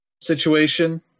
situation